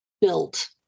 built